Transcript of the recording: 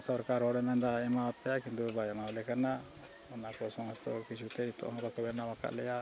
ᱥᱚᱨᱠᱟᱨ ᱦᱚᱲᱮ ᱢᱮᱱᱫᱟ ᱮᱢᱟ ᱯᱮᱭᱟ ᱠᱤᱱᱛᱩ ᱵᱟᱭ ᱮᱢᱟᱣᱞᱮ ᱠᱟᱱᱟ ᱚᱱᱟ ᱠᱚ ᱥᱚᱢᱚᱥᱛᱚ ᱠᱤᱪᱷᱩ ᱛᱮ ᱱᱤᱛᱳᱜ ᱦᱚᱸ ᱵᱟᱠᱚ ᱵᱮᱱᱟᱣ ᱠᱟᱫ ᱞᱮᱭᱟ